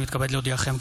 אני מתכבד להודיעכם,